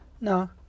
no